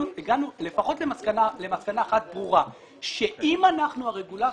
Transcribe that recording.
הגענו לפחות למסקנה אחת ברורה והיא שאם אנחנו הרגולטור,